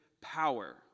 power